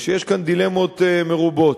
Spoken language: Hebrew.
יש כאן דילמות מרובות,